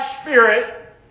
spirit